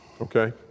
Okay